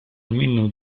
almeno